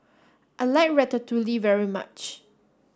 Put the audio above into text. I like Ratatouille very much